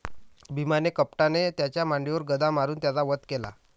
भीमाने कपटाने त्याच्या मांडीवर गदा मारून त्याचा वध केला